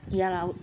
ya lah